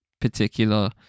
particular